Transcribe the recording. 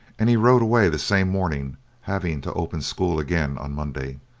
and he rode away the same morning having to open school again on monday.